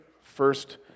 first